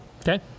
Okay